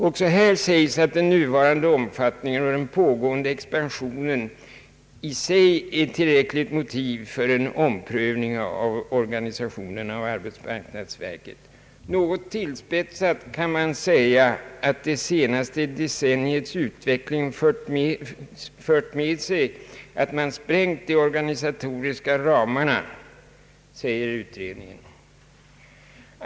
Också här sägs att den nuvarande omfattningen och den pågående expansionen i sig är tillräckliga motiv för en omprövning av arbetsmarknadsverkets organisation. » Något tillspetsat kan man säga att det senaste decenniets utveckling fört med sig att man sprängt de organisatoriska ramarna», säger utredningen.